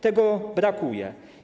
Tego brakuje.